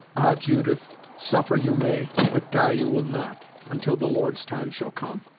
ah! judith suffer you may but die you will not, until the lord's time shall come.